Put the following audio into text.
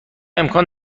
امکان